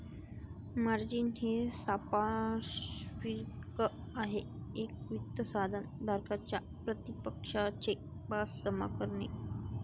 margin हे सांपार्श्विक आहे एक वित्त साधन धारकाच्या प्रतिपक्षाचे पास जमा करणे